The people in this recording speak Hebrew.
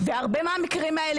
בהרבה מהמקרים האלה,